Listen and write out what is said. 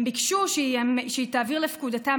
הם ביקשו שהיא תעביר לפקודתם